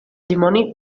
dimoni